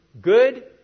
Good